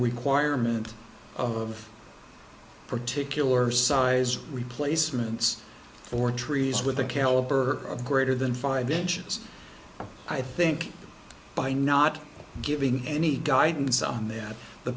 requirement of particular size replacements for trees with the caliber of greater than five inches i think by not giving any guidance on th